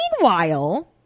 Meanwhile